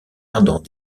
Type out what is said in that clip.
ardent